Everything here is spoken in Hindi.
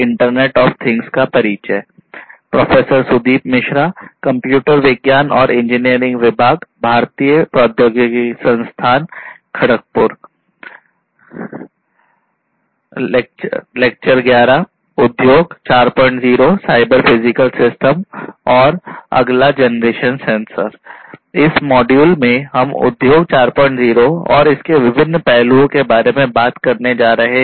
इस मॉड्यूल में हम उद्योग 40 और इसके विभिन्न पहलुओं के बारे में बात करने जा रहे हैं